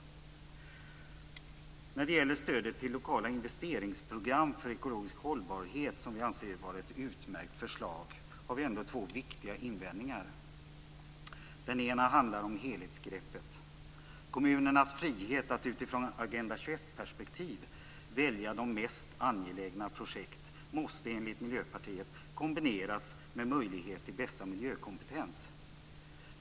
Trots att vi anser att förslaget om stödet till lokala investeringsprogram för ekologisk hållbarhet är ett utmärkt förslag har vi två viktiga invändningar. Den ena invändningen gäller helhetsgreppet. perspektiv välja de mest angelägna projekten måste, enligt Miljöpartiet, kombineras med möjlighet till bästa miljökompetens.